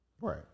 Right